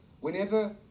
whenever